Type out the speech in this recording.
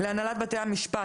להנהלת בתי המשפט,